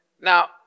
Now